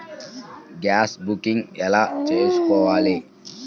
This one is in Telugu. గ్యాస్ బుకింగ్ ఎలా చేసుకోవాలి?